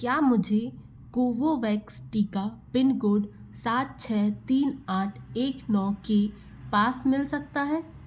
क्या मुझे कोवोवैक्स टीका पिनकोड सात छ तीन आठ एक नौ की पास मिल सकता है